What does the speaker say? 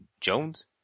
Jones